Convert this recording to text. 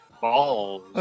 Balls